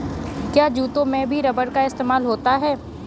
क्या जूतों में भी रबर का इस्तेमाल होता है?